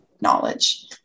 knowledge